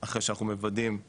גם יכולים למסור לו את המידע.